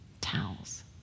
towels